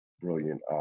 brilliant